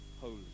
holy